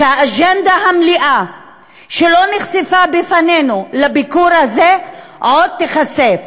שהאג'נדה המלאה שלא נחשפה בפנינו לביקור הזה עוד תיחשף,